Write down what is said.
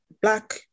black